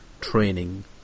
Training